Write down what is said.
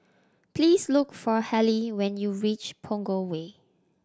please look for Hallie when you reach Punggol Way